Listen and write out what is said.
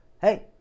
hey